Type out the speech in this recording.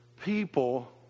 people